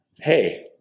Hey